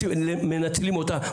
מנצלים אותה,